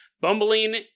bumbling